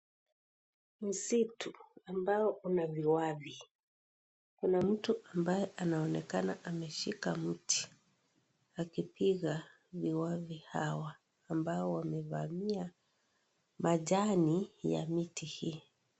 Msitu ambao una viwavi, kuna mtu ambaye anaonekana ameshika mti akipiga viwavi hawa ambao wamevamia majani ya miti hii.